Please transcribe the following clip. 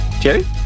Jerry